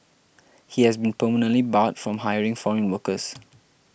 he has been permanently barred from hiring foreign workers